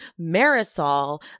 Marisol